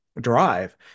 drive